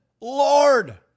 Lord